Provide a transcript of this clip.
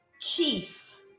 Keith